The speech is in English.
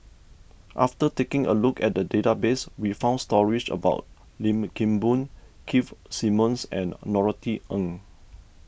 after taking a look at the database we found stories about Lim Kim Boon Keith Simmons and Norothy Ng